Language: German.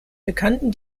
bekannten